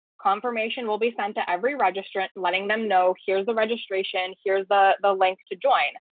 confirmation will be sent to every register, and letting them know here's the registration. here's the the link to join.